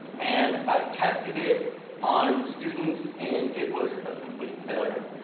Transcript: and i tested it on students and it was a complete failure.